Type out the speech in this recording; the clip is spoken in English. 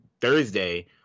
Thursday